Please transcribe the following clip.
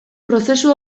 prozesu